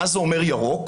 מה אומר ירוק?